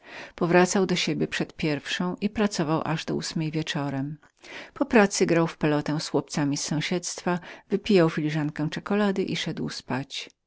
powracał do siebie przed pierwszą godziną i pracował aż do ósmej wieczorem po pracy grał w piłkę z ulicznikami wypijał filiżankę czekulady i szedł spać